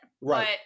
right